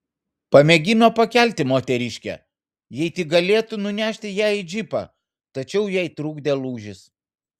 pamėgino pakelti moteriškę jei tik galėtų nunešti ją į džipą tačiau jai trukdė lūžis